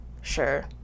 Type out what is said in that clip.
Sure